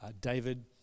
David